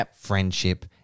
friendship